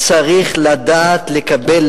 צריך לדעת לקבל,